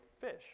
fish